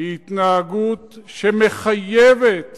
היא התנהגות שמחייבת